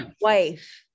wife